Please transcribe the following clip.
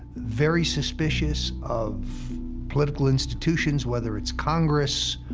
very suspicious of political institutions whether it's congress,